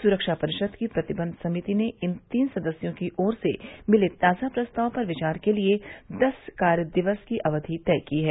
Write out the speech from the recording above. सुरक्षा परिषद की प्रतिबंध समिति ने इन तीन सदस्यों की ओर से मिले ताज़ा प्रस्ताव पर विचार के लिए दस कार्य दिवस की अवधि तय की है